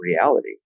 reality